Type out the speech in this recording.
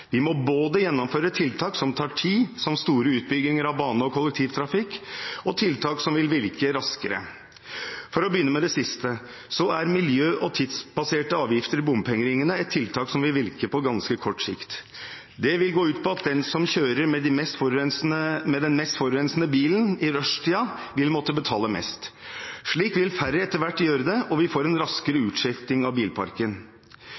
Vi må gjennomføre både tiltak som tar tid, som store utbygginger av bane og kollektivtrafikk, og tiltak som vil virke raskere. For å begynne med det siste: Miljø- og tidsbaserte avgifter i bompengeringene er et tiltak som vil virke på ganske kort sikt. Det vil gå ut på at den som kjører med den mest forurensende bilen i rushtida, vil måtte betale mest. Slik vil etter hvert færre gjøre det, og vi vil få en raskere